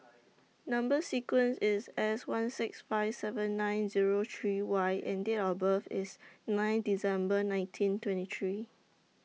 Number sequence IS S one six five seven nine Zero three Y and Date of birth IS nine December nineteen twenty three